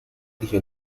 dice